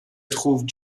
trouvent